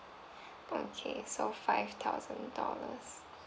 okay so five thousand dollars